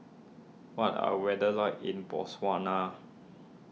what are weather like in Botswana